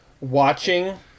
watching